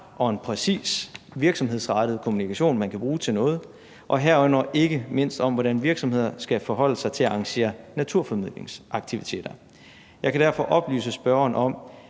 og præcis virksomhedsrettet kommunikation, man kan bruge til noget, herunder ikke mindst kommunikation om, hvordan virksomheder skal forholde sig til at arrangere naturformidlingsaktiviteter. Jeg kan derfor oplyse spørgeren om,